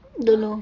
don't know